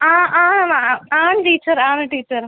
ആ ആണാ ആൻ ടീച്ചർ ആണ് ടീച്ചർ